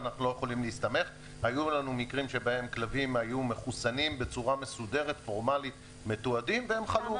היו מקרים שכלבים היו מחוסנים ומתועדים והם חלו.